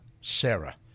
Sarah